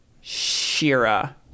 Shira